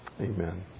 Amen